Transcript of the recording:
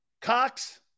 Cox